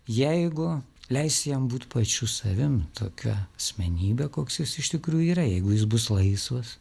jeigu leisi jam būti pačiu savimi tokia asmenybe koks jis iš tikrųjų yra jeigu jis bus laisvas